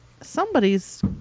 Somebody's